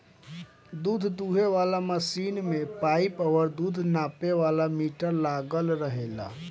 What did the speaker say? दूध दूहे वाला मशीन में पाइप और दूध नापे वाला मीटर लागल रहेला